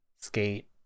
skate